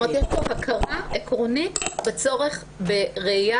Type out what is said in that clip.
כלומר יש פה הכרה עקרונית בצורך בראייה